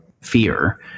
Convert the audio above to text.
fear